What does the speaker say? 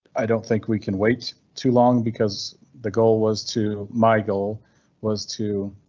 i don't think we can wait too long because the goal was to. my goal was to.